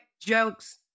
jokes